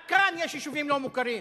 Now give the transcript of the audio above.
רק כאן יש יישובים לא מוכרים.